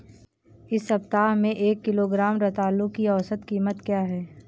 इस सप्ताह में एक किलोग्राम रतालू की औसत कीमत क्या है?